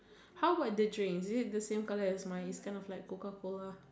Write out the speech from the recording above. how about the drink is it the same colour as mine if kind of like Coca Cola